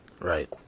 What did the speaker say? right